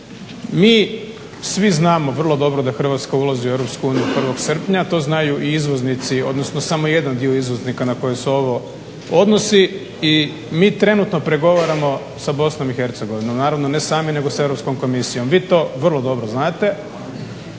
Mi svi znamo vrlo dobro da Hrvatska ulazi u EU 1. srpnja to znaju i izvoznici, odnosno samo jedan dio izvoznika na koje se ovo odnosi i mi trenutno pregovaramo sa Bosnom i Hercegovinom. Naravno ne sami, nego sa Europskom komisijom. Vi to vrlo dobro znate,